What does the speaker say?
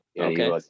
Okay